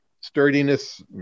sturdiness